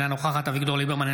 אינה נוכחת אביגדור ליברמן,